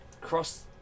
cross